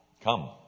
Come